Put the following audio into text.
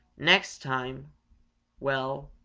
next time well,